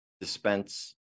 dispense